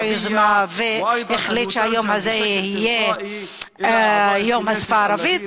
היוזמה והחליט שהיום הזה יהיה יום השפה הערבית,